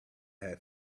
had